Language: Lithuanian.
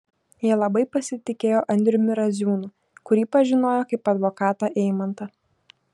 jie labai pasitikėjo andriumi raziūnu kurį pažinojo kaip advokatą eimantą